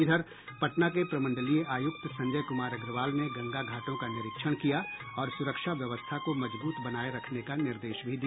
इधर पटना के प्रमंडलीय आयुक्त संजय कुमार अग्रवाल ने गंगा घाटों का निरीक्षण किया और सुरक्षा व्यवस्था को मजबूत बनाये रखने का निर्देश भी दिया